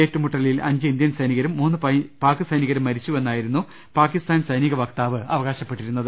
ഏറ്റമുട്ടലിൽ അഞ്ച് ഇന്ത്യൻ സൈനികരും മൂന്ന് പാക് സൈനി കരും മരിച്ചുവെന്നായിരുന്നു പാകിസ്ഥാൻ സൈനിക വക്താവ് അവ കാശപ്പെട്ടിരുന്നത്